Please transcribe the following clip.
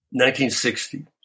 1960